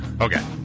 okay